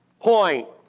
point